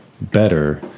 better